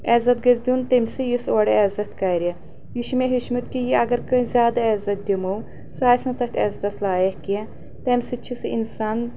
عزت گژھِ دِیُن تٔمسٕے یُس اورٕ عیزت کرِ یہِ چھُ مےٚ ہیٚچھمُت کہِ یہِ اگر کٲنٛسہِ زیادٕ عیزت دِمو سُہ آسہِ نہٕ تتھ عیزتس لایق کینٛہہ تمہِ سۭتۍ چھُ سُہ انسان